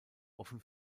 offen